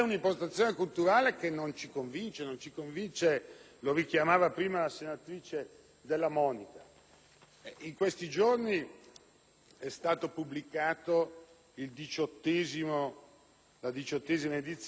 In questi giorni è stata pubblicata la 18a diciottesima edizione del *dossier* statistico Caritas Migrantes, un osservatorio mai confutato e degno di